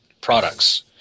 products